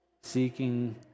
seeking